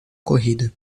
corrida